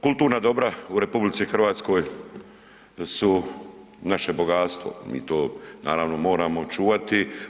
Kulturna dobra u RH su naše bogatstvo, mi to, naravno, moramo čuvati.